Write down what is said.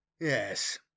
Yes